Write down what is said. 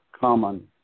Common